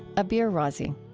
abeer raazi